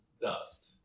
dust